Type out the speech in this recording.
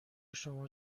شما